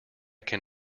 can